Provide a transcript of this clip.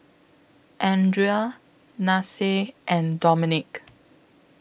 Andria Nasir and Dominick